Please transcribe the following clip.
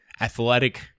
Athletic